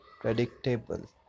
predictable